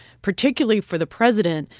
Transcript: particularly for the president,